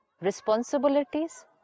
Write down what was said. Responsibilities